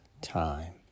time